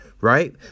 right